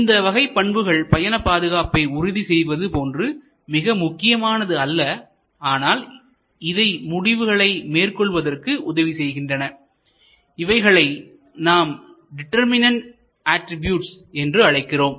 இந்த வகை பண்புகள் பயண பாதுகாப்பை உறுதி செய்வது போன்று மிக முக்கியமானது அல்ல ஆனால் இவை முடிவுகளை மேற்கொள்வதற்கு உதவி செய்கின்றன இவைகளை நாம் டிட்டர்மினென்ட் அட்ரிபியூட்ஸ் என்று அழைக்கிறோம்